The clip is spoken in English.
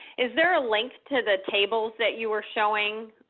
is there a link to the tables that you were showing,